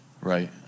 right